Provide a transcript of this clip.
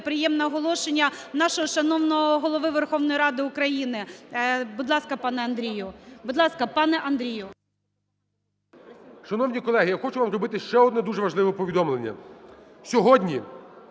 приємне оголошення нашого шановного Голови Верховної Ради України. Будь ласка, пане Андрію. Будь ласка, пане Андрію. 17:54:23 ГОЛОВУЮЧИЙ. Шановні колеги, я хочу вам зробити ще одне дуже важливе повідомлення. Сьогодні